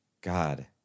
God